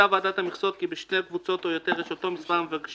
ראתה ועדת המכסות כי בשתי קבוצות או יותר יש אותו מספר המבקשים